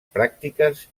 pràctiques